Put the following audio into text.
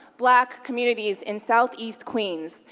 black, communities in southeast queens,